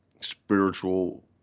spiritual